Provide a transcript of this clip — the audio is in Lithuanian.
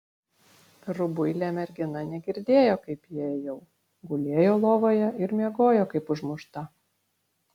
rubuilė mergina negirdėjo kaip įėjau gulėjo lovoje ir miegojo kaip užmušta